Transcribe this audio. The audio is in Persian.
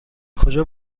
کجا